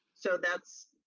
so that's,